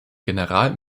general